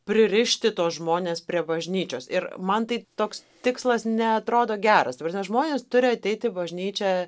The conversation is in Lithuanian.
pririšti tuos žmones prie bažnyčios ir man tai toks tikslas neatrodo geras ta prasme žmonės turi ateit į bažnyčią